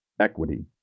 equity